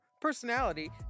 personality